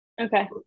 Okay